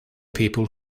people